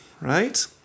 right